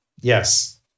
yes